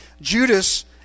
Judas